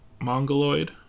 Mongoloid